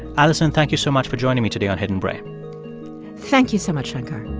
alison, thank you so much for joining me today on hidden brain thank you so much, shankar